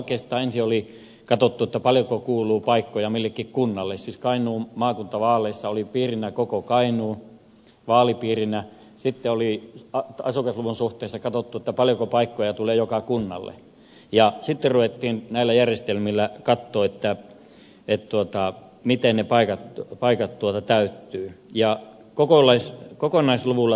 kun ensin oli katsottu paljonko kuuluu paikkoja millekin kunnalle siis kainuun maakuntavaaleissa oli vaalipiirinä koko kainuu sitten oli asukasluvun suhteessa katsottu paljonko paikkoja tulee joka kunnalle sitten ruvettiin näillä järjestelmillä katsomaan miten ne paikattu aika toi täyttyy ja koko paikat täyttyvät